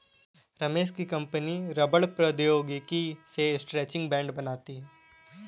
रमेश की कंपनी रबड़ प्रौद्योगिकी से स्ट्रैचिंग बैंड बनाती है